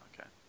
okay